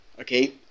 okay